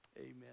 Amen